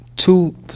Two